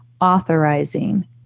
authorizing